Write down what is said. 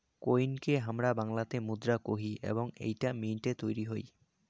কোইনকে হামরা বাংলাতে মুদ্রা কোহি এবং এইটা মিন্ট এ তৈরী হই